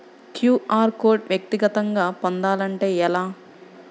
QR code వ్యక్తిగతంగా పొందాలంటే ఎలా?